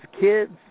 kids